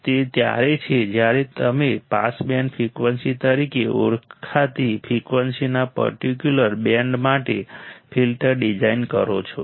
તે ત્યારે છે જ્યારે તમે પાસ બેન્ડ ફ્રીક્વન્સી તરીકે ઓળખાતી ફ્રિકવન્સીના પર્ટિક્યુલર બેન્ડ માટે ફિલ્ટર ડિઝાઇન કરો છો